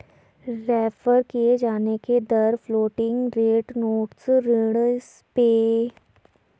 refer किये जाने की दर फ्लोटिंग रेट नोट्स ऋण स्वैप अल्पकालिक ब्याज दर शामिल है